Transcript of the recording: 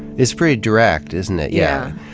it's pretty direct isn't it, yeah.